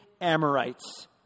Amorites